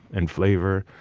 and flavor,